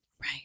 Right